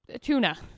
tuna